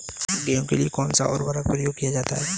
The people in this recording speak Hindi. गेहूँ के लिए कौनसा उर्वरक प्रयोग किया जाता है?